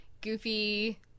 goofy